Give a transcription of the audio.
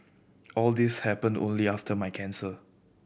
all these happened only after my cancer